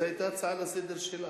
זו היתה ההצעה שלך לסדר-היום.